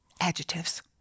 adjectives